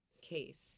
case